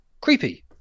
creepy